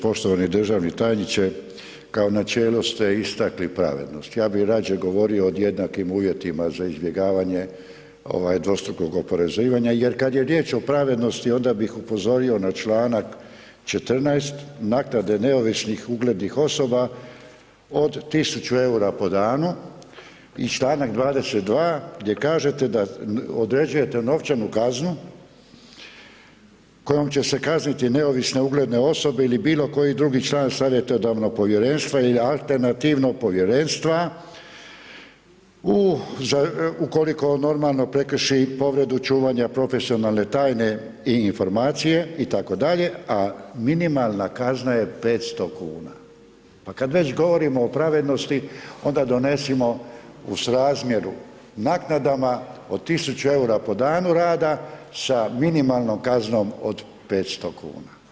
Poštovani državni tajniče, kao načelo ste istakli pravednost, ja bi rađe govorio o jednakim uvjetima za izbjegavanje dvostrukog oporezivanja jer kad je riječ o pravednosti onda bih upozorio na čl. 14. naknade neovisnih uglednih osoba od 1.000,00 EUR-a po danu i čl. 22. gdje kažete da određujete novčanu kaznu kojom će se kazniti neovisne ugledne osobe ili bilo koji drugi član savjetodavnog povjerenstva ili alternativnog povjerenstva, ukoliko normalno prekrši povredu čuvanja profesionalne tajne i informacije itd., a minimalna kazna je 500,00 kn, pa kad već govorimo o pravednosti, onda donesimo u srazmjeru naknadama od 1.000,00 EUR-a po danu rada sa minimalnom kaznom od 500,00 kn.